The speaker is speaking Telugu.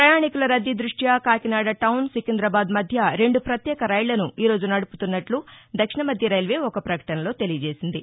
ప్రపయాణీకుల రద్దీ దృష్ట్వ కాకినాడ టౌన్ సికిందాబాద్ మధ్య రెండు ప్రత్యేక రైళ్ళను ఈ రోజు నడుపుతున్నట్లు దక్షిణ మధ్య రైల్వే ఒక ప్రకటనలో తెలియ చేసింది